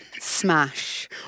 smash